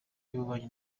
y’ububanyi